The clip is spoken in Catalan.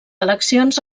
eleccions